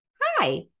hi